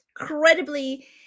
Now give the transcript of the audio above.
incredibly